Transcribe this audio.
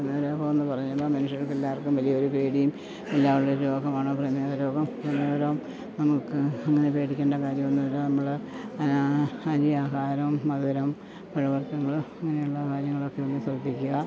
പ്രമേഹരോഗമെന്ന് പറയുമ്പം മനുഷ്യർക്ക് എല്ലാവർക്കും വലിയ ഒരു പേടിയും എല്ലാ ഉള്ള ഒരു രോഗമാണ് പ്രമേഹ രോഗം പ്രമേഹരോഗം നമുക്ക് അങ്ങനെ പേടിക്കേണ്ട കാര്യമൊന്നും ഇല്ല നമ്മൾ അരി ആഹാരം മധുരം പഴവർഗങ്ങൾ അങ്ങനെ ഉള്ള കാര്യങ്ങളൊക്കെ ഒന്നു ശ്രദ്ധിക്കുക